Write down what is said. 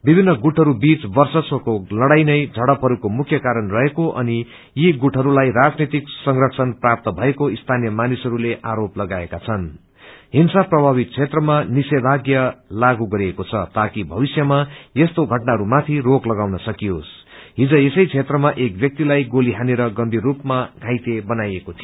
विभिन्न गुटहरू बीच वर्चस्वको लड़ाइले झड़पहरूको मुख्य कारण रहेको अनि यी गुटहरूलाई राजनीतिक संरक्षण प्राप्त ीाकऐ सीनीय मानिसहरूले आरोप लगाएकाछन् हिंसा प्रभावित क्षेत्रमा निषेधाज्ञरा लागू गरिएको द ताकि भविष्यमा यस्तो घटनाहरूमाथि रोक लगाउन सकत्रकियोसं हिज यसै क्षेत्रमा एक व्याक्तिलाइ गोली हानेर गम्भीर रूपमा घाइते बनाइएको थियो